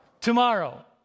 Tomorrow